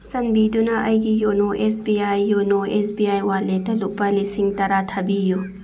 ꯆꯥꯟꯕꯤꯗꯨꯅ ꯑꯩꯒꯤ ꯌꯣꯅꯣ ꯑꯦꯁ ꯕꯤ ꯑꯥꯏ ꯌꯣꯅꯣ ꯑꯦꯁ ꯕꯤ ꯑꯥꯏ ꯋꯥꯂꯦꯠꯇ ꯂꯨꯄꯥ ꯂꯤꯁꯤꯡ ꯇꯔꯥ ꯊꯥꯕꯤꯌꯨ